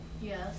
Yes